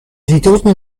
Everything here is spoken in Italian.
ritorno